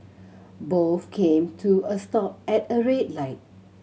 both came to a stop at a red light